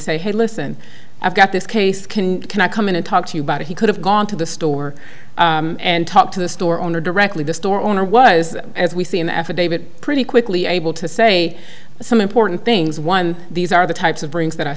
say hey listen i've got this case can can i come in and talk to you but he could have gone to the store and talked to the store owner directly the store owner was as we see an affidavit pretty quickly able to say some important things one these are the types of rings that i